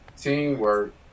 teamwork